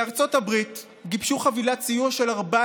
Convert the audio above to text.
בארצות הברית גיבשו חבילת סיוע של 14